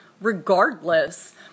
regardless